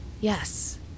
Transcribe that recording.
Yes